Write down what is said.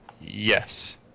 Yes